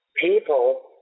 people